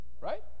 right